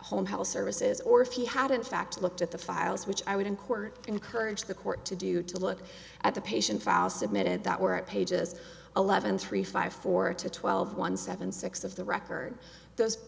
home health services or if he had in fact looked at the files which i would in court encourage the court to do to look at the patient files submitted that were at pages eleven three five four to twelve one seven six of the record those